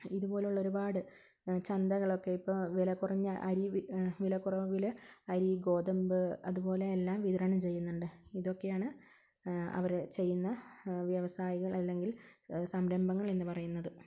ഇതുപോലുള്ള ഒരുപാട് ചന്തകളൊക്കെ ഇപ്പം വിലക്കുറഞ്ഞ അരി വിലക്കുറവില് അരി ഗോതമ്പ് അതുപോലെ എല്ലാം വിതരണം ചെയ്യുന്നുണ്ട് ഇതൊക്കെയാണ് എ അവര് ചെയ്യുന്ന വ്യവസായങ്ങൾ അല്ലെങ്കിൽ സംരംഭങ്ങൾ എന്ന് പറയുന്നത്